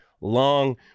Long